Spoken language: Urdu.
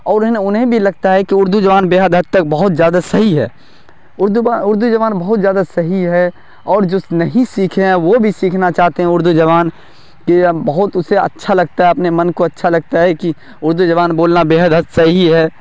اور ہے نا انہیں بھی لگتا ہے کہ اردو زبان بے حد تک بہت زیادہ صحیح ہے اردو اردو زبان بہت زیادہ صحیح ہے اور جو نہیں سیکھے ہیں وہ بھی سیکھنا چاہتے ہیں اردو زبان کہ ہم بہت اسے اچھا لگتا ہے اپنے من کو اچھا لگتا ہے کہ اردو زبان بولنا بے حد حد صحیح ہے